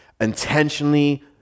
intentionally